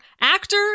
Actor